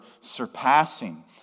surpassing